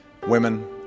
women